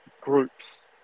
groups